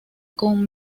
con